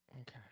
Okay